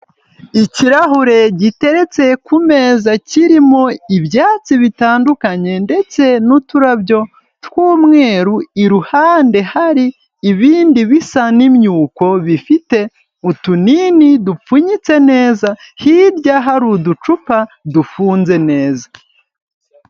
Ikirahure giteretse ku meza, kirimo ibyatsi bitandukanye, ndetse n'uturarabyo tw'umweru, iruhande hari ibindi bisa n'imyuko, bifite utunini dupfunyitse neza, hirya hari uducupa dufunze neza.